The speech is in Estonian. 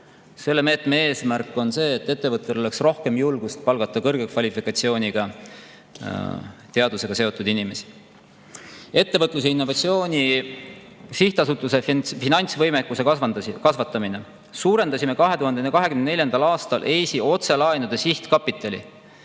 Selle meetme eesmärk on see, et ettevõtetel oleks rohkem julgust palgata kõrge kvalifikatsiooniga teadusega seotud inimesi. Ettevõtluse ja Innovatsiooni Sihtasutuse finantsvõimekuse kasvatamine. Suurendasime 2024. aastal EISA otselaenude sihtkapitali